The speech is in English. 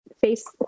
face